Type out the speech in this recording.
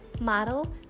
model